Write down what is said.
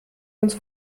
uns